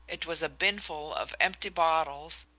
it was a binful of empty bottles,